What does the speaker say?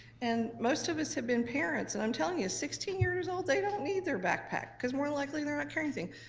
and most of us have been parents, and i'm telling you, sixteen years old, they don't need their backpack, cause more than likely they're not carrying